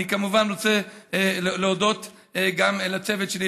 אני כמובן רוצה להודות גם לצוות שלי,